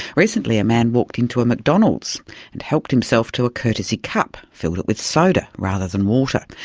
recently a man walked into a mcdonald's and helped himself to a courtesy cup, filled it with soda rather than water.